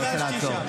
אני רוצה לעצור.